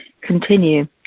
continue